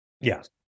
Yes